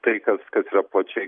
tai kas kas yra plačiai